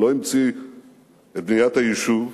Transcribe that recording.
הוא לא המציא את בניית היישוב,